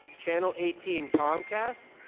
channel eighteen comcast,